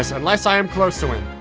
unless i am close to him,